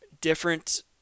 Different